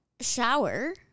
shower